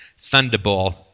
thunderball